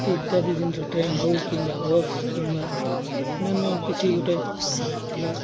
ଇତ୍ୟାଦି ଜିନିଷ ଟ୍ରେନ୍ ହଉ କିମ୍ବା ବସ୍ କିମ୍ବା ଅନ୍ୟାନ୍ୟ କିଛି ଗୋଟେ ଥିବା